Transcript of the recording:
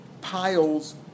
piles